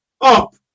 up